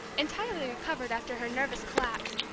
entirely recovered after her nervous collapse,